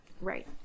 Right